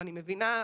ואני מבינה,